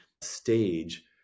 stage